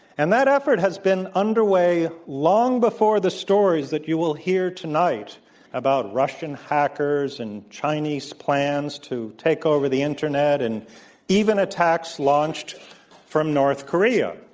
and that effort has been underway long before the stories that you will hear tonight about russian hackers and chinese plans to take over the internet and even attacks launched from north korea.